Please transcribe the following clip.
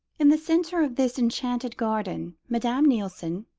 in the centre of this enchanted garden madame nilsson,